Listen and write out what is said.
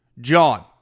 John